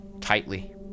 tightly